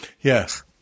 Yes